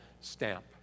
stamp